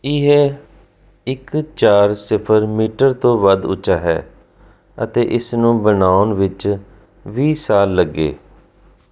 ਇਹ ਇੱਕ ਚਾਰ ਸਿਫਰ ਮੀਟਰ ਤੋਂ ਵੱਧ ਉੱਚਾ ਹੈ ਅਤੇ ਇਸ ਨੂੰ ਬਣਾਉਣ ਵਿੱਚ ਵੀਹ ਸਾਲ ਲੱਗੇ